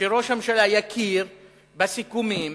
שראש הממשלה יכיר בסיכומים